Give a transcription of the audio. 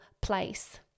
place